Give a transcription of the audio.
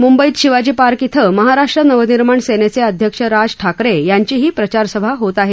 मुंबईत शिवाजी पार्क क्वें महाराष्ट्र नवनिर्माण सेनेचे अध्यक्ष राज ठाकरे यांचीही प्रचारसभा होत आहे